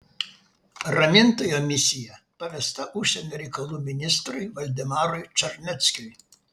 ramintojo misija pavesta užsienio reikalų ministrui valdemarui čarneckiui